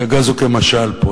כי הגז הוא כמשל פה,